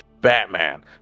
batman